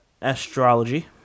astrology